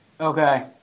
Okay